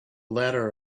ladder